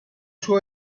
suo